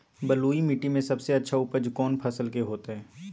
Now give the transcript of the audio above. बलुई मिट्टी में सबसे अच्छा उपज कौन फसल के होतय?